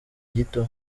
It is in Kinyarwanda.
gito